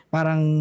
Parang